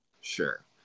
Sure